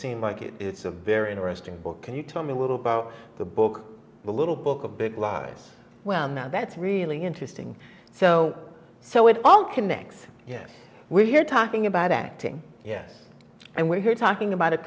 seems like it is a very interesting book can you tell me a little about the book the little book of big lies well now that's really interesting so so it all connects yes we're here talking about acting yes and we're here talking about